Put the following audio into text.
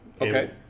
Okay